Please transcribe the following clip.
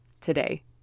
today